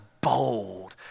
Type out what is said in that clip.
bold